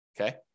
Okay